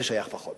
זה שייך פחות.